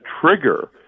trigger